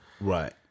Right